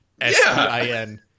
S-P-I-N